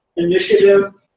initiative,